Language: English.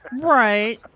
Right